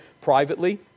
privately